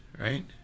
right